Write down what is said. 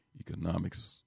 economics